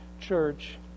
church